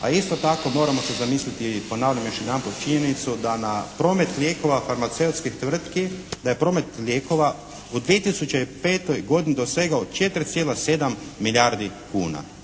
a isto tako moramo se zamisliti i ponavljam još jedanput činjenicu da na promet lijekova farmaceutskih tvrtki, da je promet lijekova u 2005. godini dosegao 4,7 milijardi kuna,